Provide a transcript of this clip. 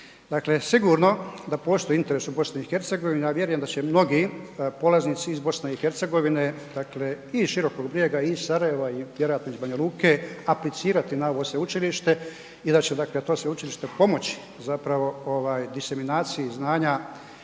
Dakle, sigurno da postoji interes u BiH, a vjerujem da će mnogi polaznici iz BiH dakle i Širokog Brijega i Sarajeva i vjerojatno iz Banja Luke aplicirati na ovo Sveučilište i da će to Sveučilište pomoći zapravo diseminaciji znanja